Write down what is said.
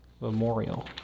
memorial